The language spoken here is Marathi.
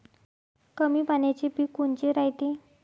कमी पाण्याचे पीक कोनचे रायते?